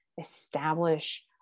establish